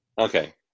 Okay